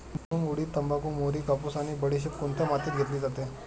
भुईमूग, उडीद, तंबाखू, मोहरी, कापूस आणि बडीशेप कोणत्या मातीत घेतली जाते?